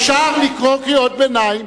אפשר לקרוא קריאות ביניים,